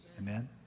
Amen